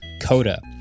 Coda